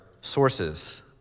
sources